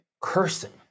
cursing